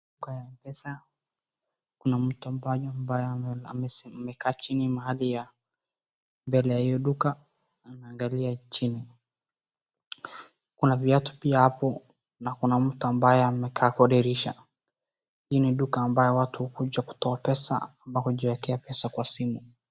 Kwa M-Pesa kuna mtu ambaye amekaa chini mahali ya mbele ya hio duka anangalia chini. Kuna viatu pia hapo na kuna mtu ambaye amekaa kwa dirisha. Hii ni duka ambayo watu, hukuja kutoa pesa ama hujiwekea pesa kwa simu.